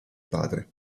padre